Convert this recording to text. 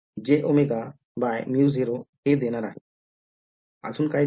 तर हे मला jw u0 हे देणार आहे अजून काय देईल